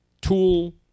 tool